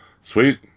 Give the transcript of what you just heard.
Sweet